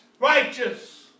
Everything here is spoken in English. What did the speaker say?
Righteous